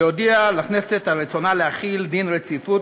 להודיע לכנסת על רצונה להחיל דין רציפות